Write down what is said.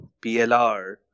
plr